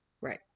Right